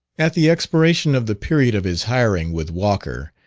at the expiration of the period of his hiring with walker,